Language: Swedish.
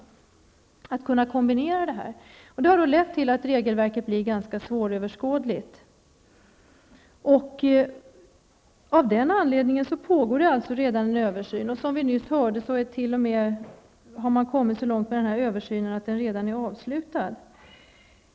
Detta har lett till att regelverket har blivit ganska svåröverskådligt. Av denna anledning pågår en översyn. Som vi nyss hörde har man t.o.m. kommit så långt med denna översyn att den redan är avslutad.